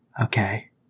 Okay